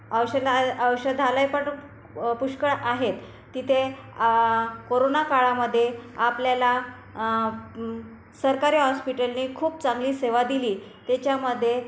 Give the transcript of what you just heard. औषना औषधालय पण पुष्कळ आहेत तिथे कोरोना काळामदे आपल्याला सरकारी हॉस्पिटलने खूप चांगली सेवा दिली त्याच्यामध्ये